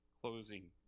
closing